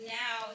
now